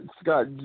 Scott